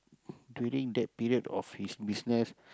during that period of his business